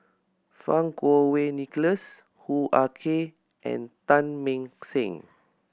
Fang Kuo Wei Nicholas Hoo Ah Kay and Teng Mah Seng